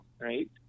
right